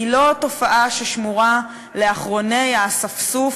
היא לא תופעה ששמורה לאחרוני האספסוף,